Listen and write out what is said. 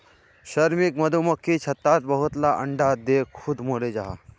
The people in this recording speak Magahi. श्रमिक मधुमक्खी छत्तात बहुत ला अंडा दें खुद मोरे जहा